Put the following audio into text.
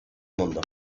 mundo